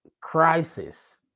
crisis